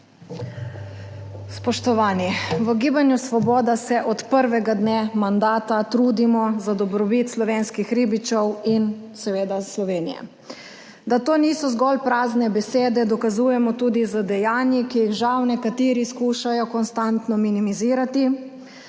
Spoštovani! V Gibanju Svoboda se od prvega dne mandata trudimo za dobrobit slovenskih ribičev in seveda Slovenije. Da to niso zgolj prazne besede, dokazujemo tudi z dejanji, ki jih žal nekateri skušajo konstantno minimizirati